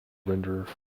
render